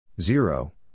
zero